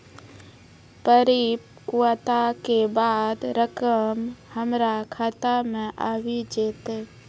परिपक्वता के बाद रकम हमरा खाता मे आबी जेतै?